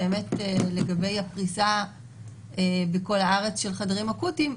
לגבי הפריסה בכל הארץ של חדרים אקוטיים,